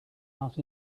out